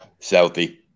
Southie